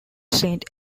saint